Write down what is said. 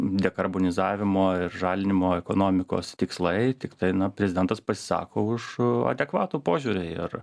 dekarbonizavimo ir žalinimo ekonomikos tikslai tiktai na prezidentas pasisako už adekvatų požiūrį ir